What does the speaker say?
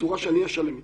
בצורה שאני אהיה שלם איתה.